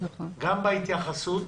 גם בהתייחסות.